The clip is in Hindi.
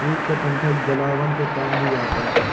जूट का डंठल जलावन के काम भी आता है